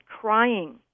crying